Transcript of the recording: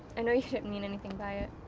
i know you didn't mean anything by it.